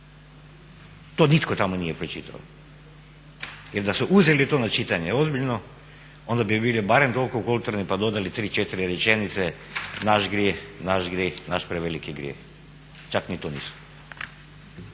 To nitko tamo nije pročitao, jer da su uzeli to na čitanje ozbiljno onda bi bili barem toliko kulturni pa dodali tri, četiri rečenice. Naš grijeh, naš grijeh, naš preveliki grijeh. Čak ni to nisu.